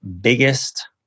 biggest